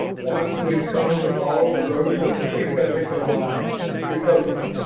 one who had come to follow the road of the pinda-lick-o-yi too closely.